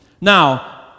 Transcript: Now